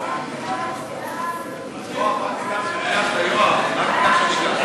החופשה לכל שנת עבודה אצל מעסיק),